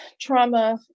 trauma